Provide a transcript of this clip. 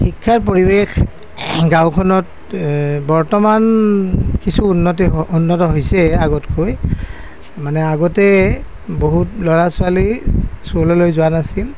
শিক্ষাৰ পৰিৱেশ গাঁওখনত বৰ্তমান কিছু উন্নতি উন্নত হৈছে আগতকৈ মানে আগতে বহুত ল'ৰা ছোৱালী স্কুললৈ যোৱা নাছিল